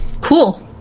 Cool